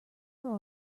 were